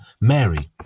Mary